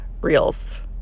reels